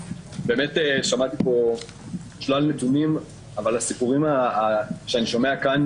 שמעתי פה שלל נתונים אבל הסיפורים שאני שומע כאן